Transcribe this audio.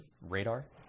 radar